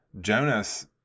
Jonas